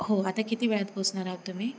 हो आता किती वेळात पोहचणार आहात तुम्ही